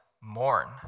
mourn